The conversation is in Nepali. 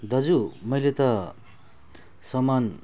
दाजु मैले त सामान